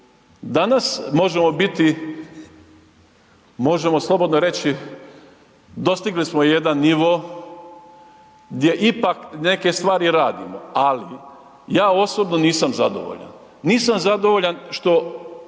Danas možemo biti, možemo slobodno reći, dostigli smo jedan nivo gdje ipak neke stvari radimo, ali ja osobno nisam zadovoljan, nisam zadovoljan što